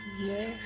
Yes